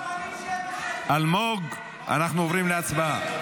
אלמוג, אנחנו עוברים להצבעה.